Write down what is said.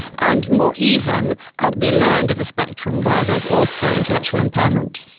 and more even at the lower end of the spectrum where there is also intellectual impairment.